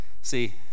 See